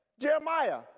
Jeremiah